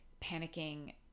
panicking